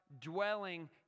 dwelling